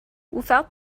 without